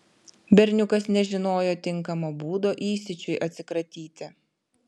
berniukas nežinojo tinkamo būdo įsiūčiui atsikratyti